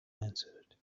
answered